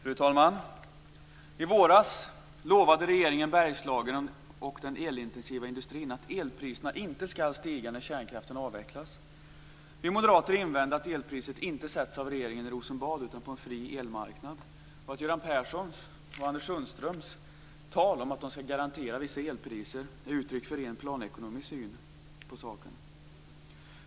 Fru talman! I våras lovade regeringen Bergslagen och den elintensiva industrin att elpriserna inte skall stiga när kärnkraften avvecklas. Vi moderater invände att elpriset inte sätts av regeringen i Rosenbad utan på en fri elmarknad och att Göran Perssons och Anders Sundströms tal om att de skall garantera vissa elpriser är uttryck för ren planekonomisk syn på saken.